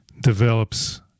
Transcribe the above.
develops